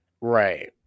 right